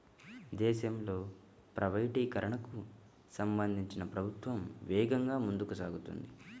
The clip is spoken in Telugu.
దేశంలో ప్రైవేటీకరణకు సంబంధించి ప్రభుత్వం వేగంగా ముందుకు సాగుతోంది